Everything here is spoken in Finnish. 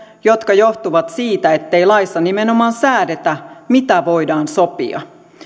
jotka johtuvat siitä ettei laissa nimenomaan säädetä mitä voidaan sopia